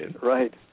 Right